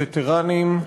וטרנים,